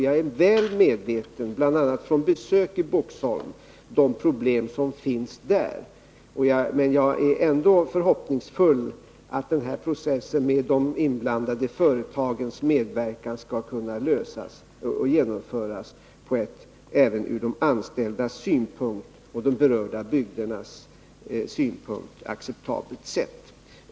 Jag är väl medveten, bl.a. från besök i Boxholm, om de problem som finns där. Men jag är ändå förhoppningsfull när det gäller möjligheten att med de inblandade företagens medverkan genomföra denna process på ett även från de anställdas och de berörda bygdernas synpunkt acceptabelt sätt.